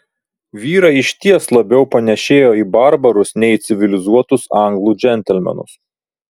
vyrai išties labiau panėšėjo į barbarus nei į civilizuotus anglų džentelmenus